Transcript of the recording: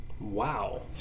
Wow